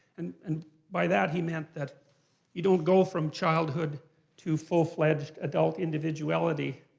and and by that he meant that you don't go from childhood to full-fledged adult individuality.